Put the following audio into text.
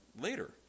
later